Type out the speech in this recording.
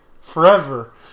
forever